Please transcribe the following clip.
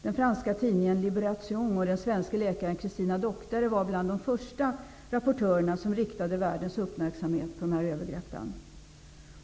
Den franska tidningen Doctare var bland de första rapportörerna som riktade världens uppmärksamhet på dessa övergrepp.